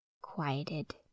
quieted